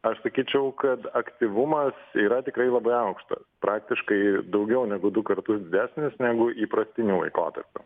aš sakyčiau kad aktyvumas yra tikrai labai aukštas praktiškai daugiau negu du kartus didesnis negu įprastiniu laikotarpiu